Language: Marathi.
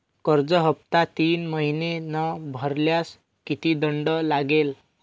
कर्ज हफ्ता तीन महिने न भरल्यास किती दंड लागेल?